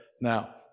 Now